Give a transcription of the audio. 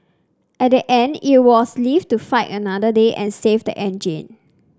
at the end it was live to fight another day and save the engine